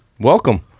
welcome